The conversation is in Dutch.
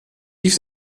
heeft